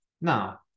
Now